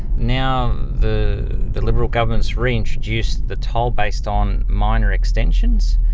now the the liberal government's reintroduced the toll based on minor extensions.